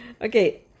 Okay